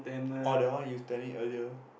oh the one you telling earlier